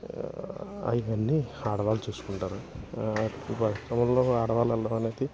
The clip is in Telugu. అవన్నీ ఆడవాళ్ళు చూసుకుంటారు క్రమంలో ఆడవాళ్ళు వెళ్ళడం అనేది